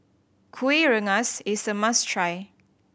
Kueh Rengas is a must try